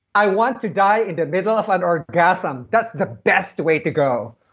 i want to die in the middle of an orgasm. that's the best way to go.